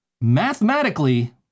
mathematically